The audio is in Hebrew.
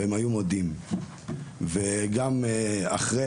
והם היו מודים וגם אחרי,